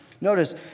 Notice